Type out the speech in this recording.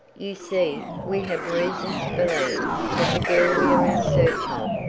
you see, we have reason to believe that the girl we are in search of,